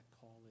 call